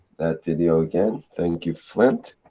that video again. thank you flint.